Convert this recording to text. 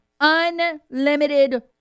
unlimited